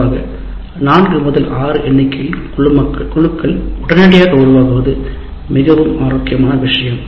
பொதுவாக 4 6 எண்ணிக்கையில் குழுக்கள் உடனடியாக உருவாக்குவது மிகவும் ஆரோக்கியமான விஷயம்